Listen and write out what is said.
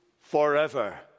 forever